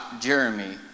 Jeremy